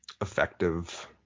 effective